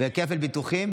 בכפל ביטוחים,